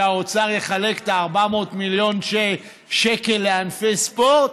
שהאוצר יחלק את ה-400 מיליון שקל לענפי הספורט?